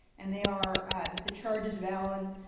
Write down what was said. and they are that the charge is valid,